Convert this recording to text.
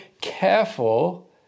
careful